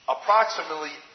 Approximately